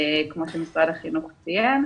כמו שציין משרד החינוך.